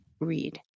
read